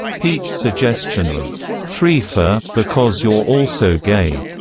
pete's suggestion of threefer, because you're also gay,